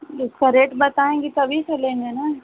उसका रेट बताएँगे तभी तो लेंगे ना